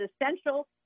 essential